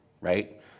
right